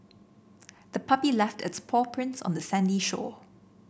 the puppy left its paw prints on the sandy shore